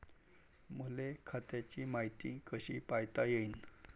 मले खात्याची मायती कशी पायता येईन?